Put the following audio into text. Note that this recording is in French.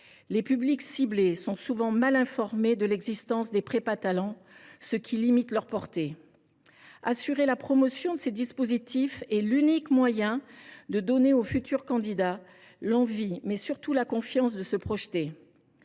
les publics ciblés sont souvent mal informés de l’existence des prépas Talents, ce qui limite leur portée. Assurer la promotion de ces dispositifs est l’unique moyen de donner aux futurs candidats l’envie de se projeter